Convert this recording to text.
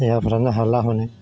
देहाफ्रानो हाला हनै